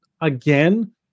again